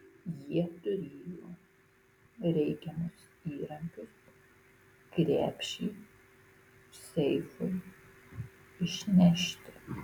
jie turėjo reikiamus įrankius krepšį seifui išnešti